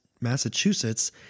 Massachusetts